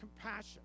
compassion